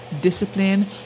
discipline